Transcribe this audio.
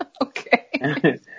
Okay